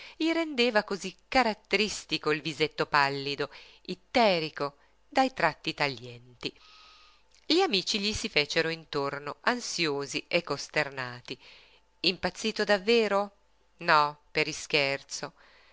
gli rendeva cosí caratteristico il visetto pallido itterico dai tratti taglienti gli amici gli si fecero intorno ansiosi e costernati impazzito davvero no per ischerzo